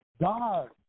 God